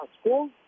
school